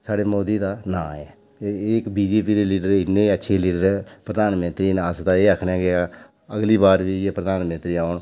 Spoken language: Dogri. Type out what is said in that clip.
साढ़े मोदी दा नांऽ ऐ एह् इक बीजेपी दे लीडर इन्ने अच्छे लीडर प्रधानमंत्री न अस ते एह् आखने कि अगली बार बी इ'यै प्रधानमंत्री औन